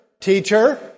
Teacher